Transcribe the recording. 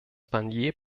barnier